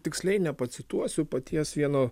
tiksliai nepacituosiu paties vieno